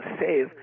save